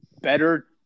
better –